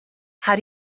how